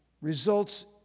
results